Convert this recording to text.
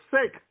sick